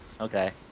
Okay